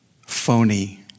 phony